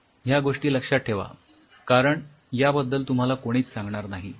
ह्या गोष्टी लक्षात ठेवा कारण याबद्दल तुम्हाला कोणीच सांगणार नाही